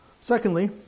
Secondly